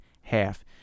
half